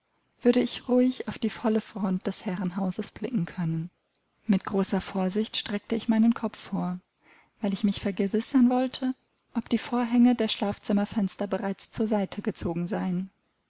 würde ich ruhig auf die volle front des herrenhauses blicken können mit großer vorsicht streckte ich meinen kopf vor weil ich mich vergewissern wollte ob die vorhänge der schlafzimmerfenster bereits zur seite gezogen seien